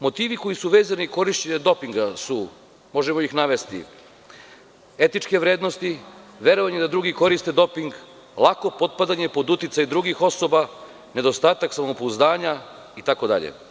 Motivi koji su vezani za korišćenje dopinga su, možemo ih navesti – etičke vrednosti, verovanje da drugi koriste doping, lako potpadanje pod uticaj drugih osoba, nedostatak samopouzdanja, itd.